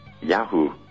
Yahoo